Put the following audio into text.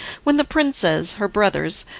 when the princes, her brothers,